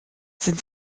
sind